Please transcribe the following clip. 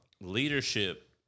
leadership